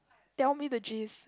tell me the gist